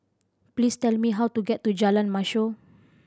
please tell me how to get to Jalan Mashhor